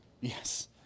Yes